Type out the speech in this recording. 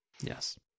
Yes